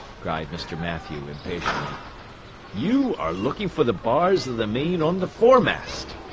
cried mr. mathew, impatiently you are looking for the bars of the main on the foremast.